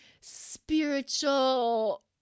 spiritual